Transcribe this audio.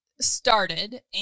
started